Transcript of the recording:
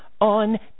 on